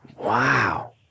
Wow